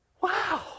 wow